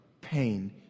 pain